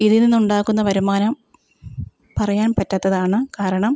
ഇതിൽ നിന്നുണ്ടാക്കുന്ന വരുമാനം പറയാൻ പറ്റാത്തതാണ് കാരണം